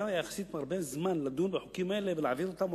היה יחסית הרבה זמן לדון בחוקים האלה ולהעביר אותם,